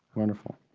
wonderful.